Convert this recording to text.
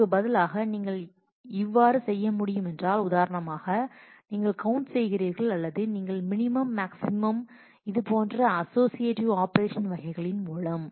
இதற்கு பதிலாக நீங்கள் இவ்வாறு செய்ய முடியுமென்றால் உதாரணமாக நீங்கள் கவுண்ட் செய்கிறீர்கள் அல்லது நீங்கள் மினிமம் மேக்ஸிமம் இது போன்ற அசோசியேட்டிவ் ஆப்ரேஷன் வகைகளின் மூலம்